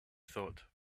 thought